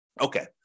Okay